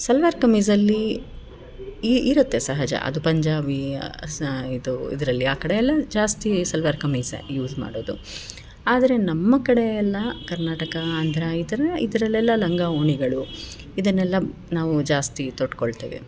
ಸಲ್ವರ್ ಕಮಿಜಲ್ಲಿ ಇರುತ್ತೆ ಸಹಜ ಅದು ಪಂಜಾಬಿ ಅಸ್ಸ ಇದು ಇದರಲ್ಲಿ ಆ ಕಡೆಯಲ್ಲ ಜಾಸ್ತಿ ಸಲ್ವರ್ ಕಮೀಜೆ ಯೂಸ್ ಮಾಡೋದು ಆದರೆ ನಮ್ಮ ಕಡೆಯೆಲ್ಲ ಕರ್ನಾಟಕ ಆಂಧ್ರ ಇದರ ಇದರಲ್ಲೆಲ್ಲ ಲಂಗ ಉಣಿಗಳು ಇದನೆಲ್ಲ ನಾವು ಜಾಸ್ತಿ ತೊಟ್ಕೊಳ್ತೇವೆ